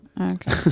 Okay